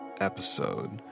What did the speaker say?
episode